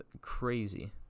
crazy